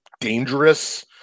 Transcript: dangerous